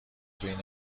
بین